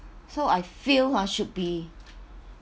so I feel ah should be